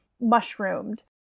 mushroomed